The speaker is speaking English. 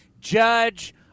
judge